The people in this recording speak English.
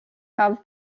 have